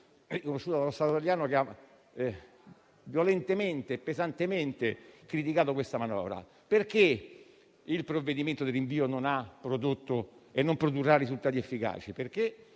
riconosciuta dallo Stato italiano, che ha violentemente e pesantemente criticato questa manovra. Il provvedimento di rinvio non ha prodotto e non produrrà risultati efficaci.